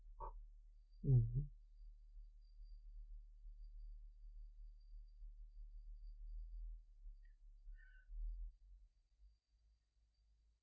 mm